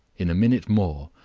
in a minute more,